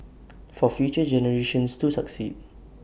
for future generations to succeed